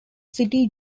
city